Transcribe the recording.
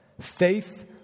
Faith